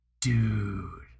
Dude